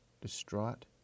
distraught